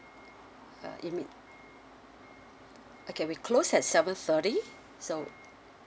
uh you mean okay we close at seven thirty so